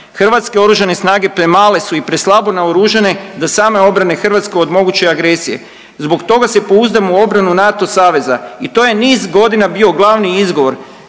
Hrvatske oružane snage premale su i preslabo naoružane da same obrane Hrvatsku od moguće agresije. Zbog toga se pouzdam u obranu NATO saveza i to je niz godina bio glavni izgovor